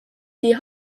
die